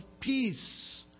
peace